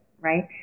right